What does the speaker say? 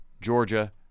Georgia